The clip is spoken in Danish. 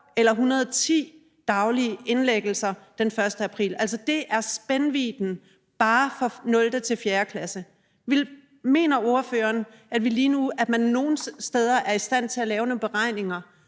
eller 110 daglige indlæggelser den 1. april? Altså, det er spændvidden bare for 0.-4. klasse. Mener ordføreren, at man nogle steder er i stand til at lave nogle beregninger,